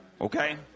Okay